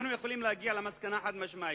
אנחנו יכולים להגיע למסקנה חד-משמעית.